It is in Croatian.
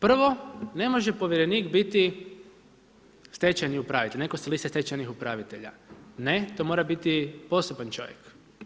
Prvo, ne može povjerenik biti stečajni upravitelj, neko s liste stečajnih upravitelja, ne to mora biti poseban čovjek.